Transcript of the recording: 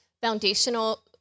foundational